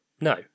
No